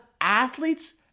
athletes